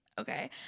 okay